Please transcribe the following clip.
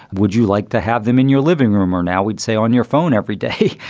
would you like to have them in your living room or now we'd say on your phone every day.